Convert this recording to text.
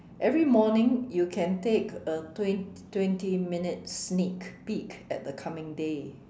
every morning you can take a twen~ twenty minute sneak peak at the coming day